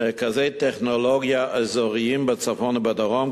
מרכזי טכנולוגיה אזוריים בצפון ובדרום,